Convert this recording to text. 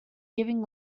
giving